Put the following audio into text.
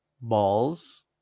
balls